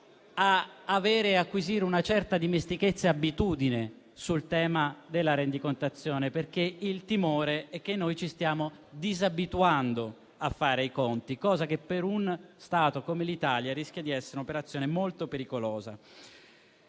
ma anche ad acquisire una certa dimestichezza e abitudine sul tema della rendicontazione, perché il timore è che ci stiamo disabituando a fare i conti, operazione che per uno Stato come quello italiano rischia di essere molto pericolosa.